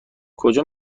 کجا